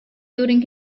during